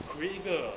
create 一个